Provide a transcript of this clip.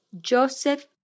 Joseph